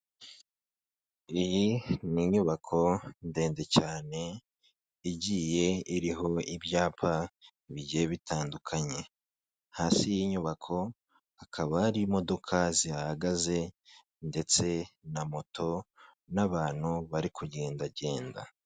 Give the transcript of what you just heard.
Iyi ni inyubako ndende cyane, igiye iriho ibyapa bigiye bitandukanye. Hasi y'inyubako hakaba hari imodoka zihagaze ndetse na moto n'abantu bari kugendagenda.